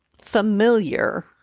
familiar